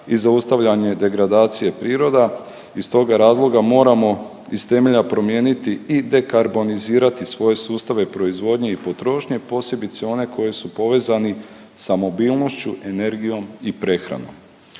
i zaustavljanje degradacija priroda. Iz toga razloga moramo iz temelja promijeniti i dekarbonizirati svoje sustave proizvodnje i potrošnje, posebice one koji su povezani sa mobilnošću, energijom i prehranom.